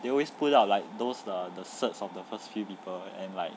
they always put out like those the certs of the first few people and like